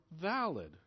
valid